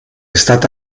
stata